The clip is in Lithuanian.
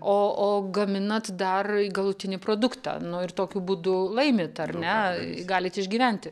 o o gaminat dar galutinį produktą nu ir tokiu būdu laimit ar ne galit išgyventi